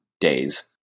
days